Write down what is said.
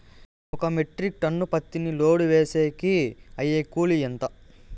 ఒక metric tonne పత్తిని load వేసేకి అయ్యే కూలి ఎంత?